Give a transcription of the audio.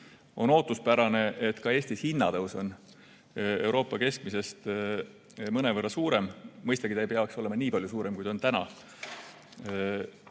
on ootuspärane, et ka Eesti hinnatõus on euroala keskmisest mõnevõrra suurem. Mõistagi see ei tohiks olla nii palju suurem, kui see on täna.